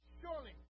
surely